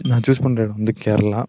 நான் சூஸ் பண்ணுற இடம் வந்து கேரளா